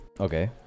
Okay